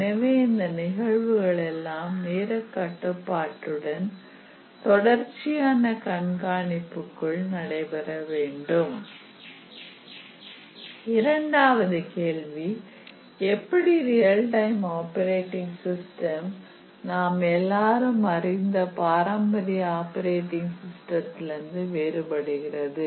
எனவே இந்த நிகழ்வுகள் எல்லாம் நேரக் கட்டுப்பாட்டுடன் தொடர்ச்சியான கண்காணிப்புக்குள் நடைபெற வேண்டும் இரண்டாவது கேள்வி எப்படி ரியல் டைம் ஆப்பரேட்டிங் சிஸ்டம் நாம் எல்லாரும் அறிந்த பாரம்பரியமான ஆப்பரேட்டிங் சிஸ்டத்திலிருந்து வேறுபடுகிறது